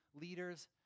leaders